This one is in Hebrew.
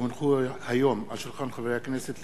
כי הונחו היום על שולחן הכנסת,